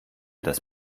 das